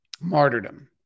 martyrdom